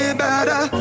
better